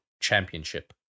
championship